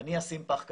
אני אשים פח כתום,